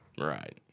Right